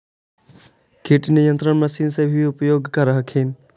किट नियन्त्रण मशिन से भी उपयोग कर हखिन?